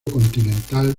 continental